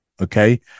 Okay